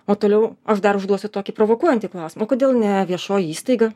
o toliau aš dar užduosiu tokį provokuojantį klausimą o kodėl ne viešoji įstaiga